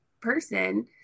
person